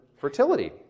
fertility